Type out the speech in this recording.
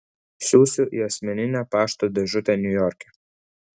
siųsiu į asmeninę pašto dėžutę niujorke